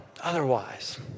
otherwise